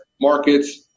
markets